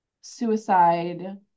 suicide